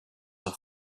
have